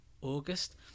August